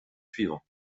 suivre